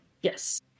Yes